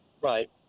Right